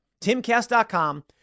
Timcast.com